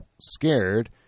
scared